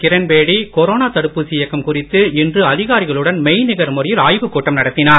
Kiran Bedi corona தடுப்பூசி இயக்கம் குறித்து இன்று அதிகாரிகளுடன் மெய்நிகர் முறையில் ஆய்வுக் கூட்டம் நடத்தினார்